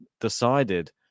decided